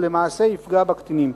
ולמעשה יפגע בקטינים.